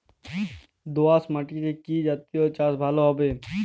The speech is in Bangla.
দোয়াশ মাটিতে কি জাতীয় চাষ ভালো হবে?